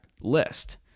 list